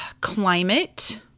climate